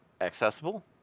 accessible